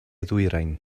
ddwyrain